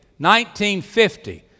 1950